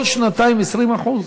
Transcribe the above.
כל שנתיים 20%?